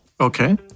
Okay